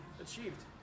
achieved